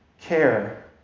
care